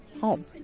home